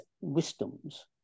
wisdoms